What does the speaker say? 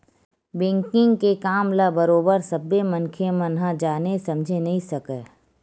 banking के काम ल बरोबर सब्बे मनखे मन ह जाने समझे नइ सकय